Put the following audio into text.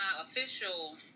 official